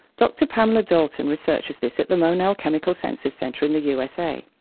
dr pamela dalton researches this at the monell chemical senses center in the usa.